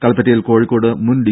കൽപറ്റയിൽ കോഴിക്കോട് മുൻ ഡി